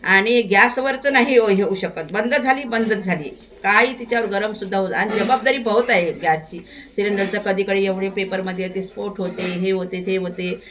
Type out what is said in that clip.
आणि गॅसवरचं नाही हो हे शकत बंद झाली बंदच झाली काही तिच्यावर गरमसुद्धा होत नाही आणि जबाबदारी बहोत आहे गॅसची सिलेंडरचं कधीकधी एवढं पेपरमध्ये येते ते स्फोट होते हे होते ते होते